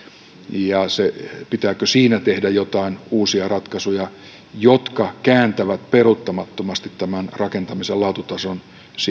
ja pitääkö siinä tehdä joitain uusia ratkaisuja jotka kääntävät peruuttamattomasti tämän rakentamisen laatutason